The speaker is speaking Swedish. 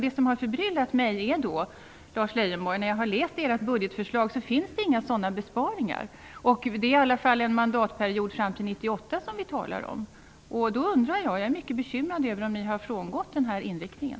Det som har förbryllat mig när jag har läst ert budgetförslag, Lars Leijonborg, är att det inte finns några sådana besparingar. Det är i alla fall en mandatperiod fram till 1998 som vi talar om. Jag är mycket bekymrad över om ni har frångått den här inriktningen.